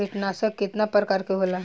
कीटनाशक केतना प्रकार के होला?